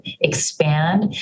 expand